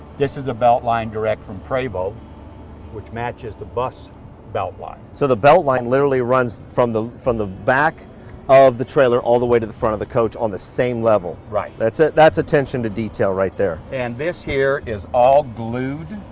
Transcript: this is a belt line direct from prevost which matches the bus belt line. so the belt line literally runs from the from the back of the trailer all the way to the front of the coach on the same level. right. that's ah that's attention to detail right there. and this here is all glued